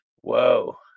Whoa